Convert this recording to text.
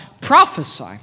prophesy